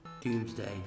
Doomsday